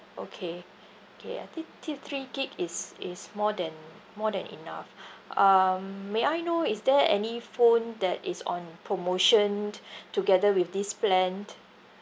okay K I think t~ three gig is is more than more than enough um may I know is there any phone that is on promotion together with this plan